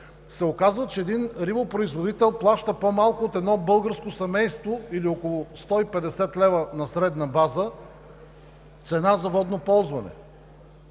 се оказва, че един рибопроизводител плаща по-малко от едно българско семейство или около 150 лв. на средна база цена за водно ползване?